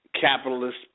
capitalist